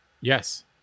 Yes